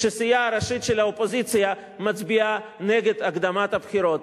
כשהסיעה הראשית של האופוזיציה מצביעה נגד הקדמת הבחירות.